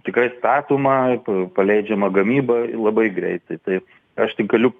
tikrai statoma pa paleidžiama gamyba labai greitai tai aš tik galiu